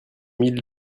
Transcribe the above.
mille